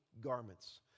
garments